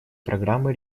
программы